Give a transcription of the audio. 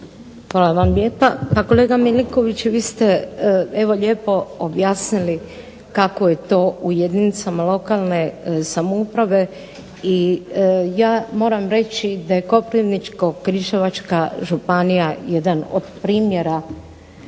Hvala vam lijepa. Pa kolega Milinkoviću vi ste evo lijepo objasnili kako je to u jedinicama lokalne samouprave i ja moram reći da je Koprivničko-križevačka županija jedan od primjera